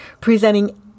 presenting